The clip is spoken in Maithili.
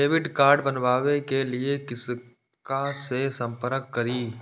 डैबिट कार्ड बनावे के लिए किनका से संपर्क करी?